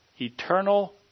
eternal